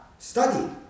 Study